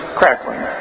crackling